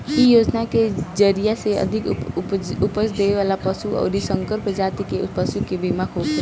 इ योजना के जरिया से अधिका उपज देवे वाला पशु अउरी संकर प्रजाति के पशु के बीमा होखेला